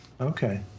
Okay